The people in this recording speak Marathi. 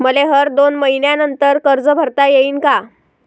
मले हर दोन मयीन्यानंतर कर्ज भरता येईन का?